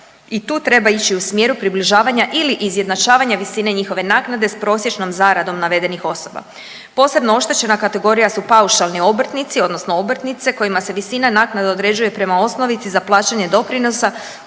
i tu treba ići u smjeru približavanja ili izjednačavanja visine njihove naknade s prosječnom zaradom navedenih osoba. Posebno oštećena kategorija su paušalni obrtnici odnosno obrtnice kojima se visina naknade određuje prema osnovici za plaćanje doprinosa